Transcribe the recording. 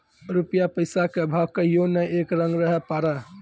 रूपया पैसा के भाव कहियो नै एक रंग रहै पारै